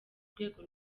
rwego